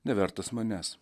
nevertas manęs